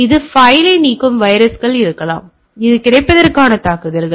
எனவே ஒரு பைலை நீக்கும் வைரஸ்கள் இருக்கலாம் இது கிடைப்பதற்கான தாக்குதல்